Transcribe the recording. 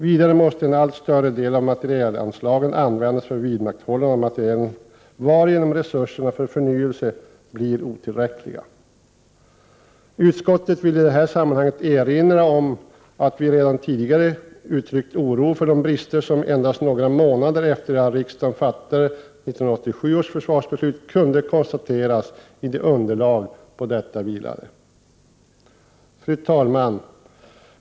Vidare måste en allt större del av materielanslagen användas för vidmakthållandet av materielen, varigenom resurserna för förnyelse blivit otillräckliga. Utskottet vill i detta sammanhang erinra om att utskottet redan tidigare uttryckt oro för de brister som endast några månader efter det att riksdagen fattat 1987 års försvarsbeslut kunde konstateras i det underlag på vilket detta vilade. Fru talman!